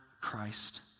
Christ